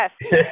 Yes